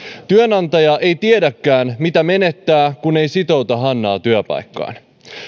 työnantaja ei tiedäkään mitä menettää kun ei sitouta hannaa työpaikkaan